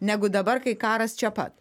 negu dabar kai karas čia pat